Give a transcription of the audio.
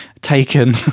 taken